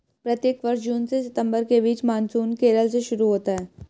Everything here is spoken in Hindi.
प्रत्येक वर्ष जून से सितंबर के बीच मानसून केरल से शुरू होता है